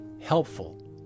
helpful